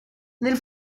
nel